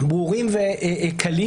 ולא אעשה עם זה.